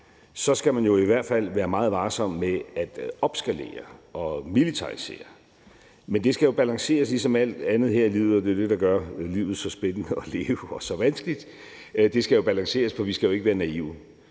så skal man jo i hvert fald være meget varsom med at opskalere og militarisere. Men det skal jo balanceres ligesom alt andet her i livet, og det er det, der gør livet så spændende og så vanskeligt at leve. Det skal balanceres, for vi skal jo ikke være naive.